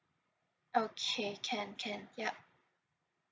okay can can yup